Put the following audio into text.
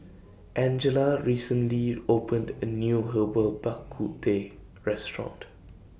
Angella recently opened A New Herbal Bak Ku Teh Restaurant